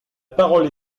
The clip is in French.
parole